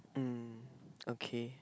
mm okay